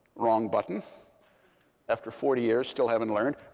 wrong button after forty years, still haven't learned.